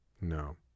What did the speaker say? No